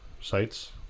sites